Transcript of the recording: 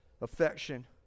affection